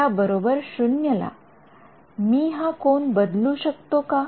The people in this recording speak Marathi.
मी हा कोन बदलू शकतो का